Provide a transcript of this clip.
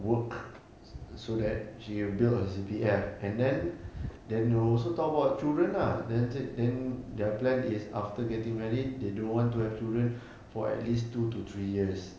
work so that she build her C_P_F and then they also talk about children ah then say then their plan is after getting married they don't want to have children for at least two to three years